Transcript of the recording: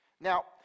Now